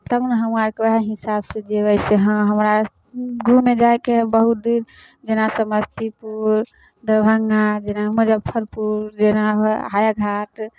तब ने हमहूँ आरके उएह हिसाबसँ जयबै से हँ हमरा घूमय जायके हइ बहुत दिन जेना समस्तीपुर दरभङ्गा जेना मुजफ्फरपुर जेना हाय हायाघाट